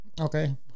okay